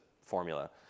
formula